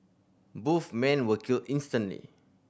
both men were killed instantly